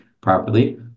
properly